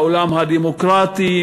והעולם הדמוקרטי,